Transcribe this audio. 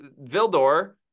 Vildor